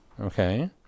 okay